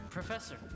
Professor